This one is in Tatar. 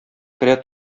керә